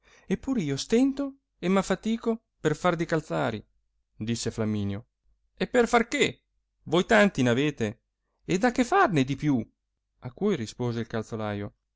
e pur io stento e m'affatico per far di calzari disse fiamminio e per far che voi tanti n'avete ed a che farne più a cui rispose il calzolaio